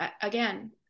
again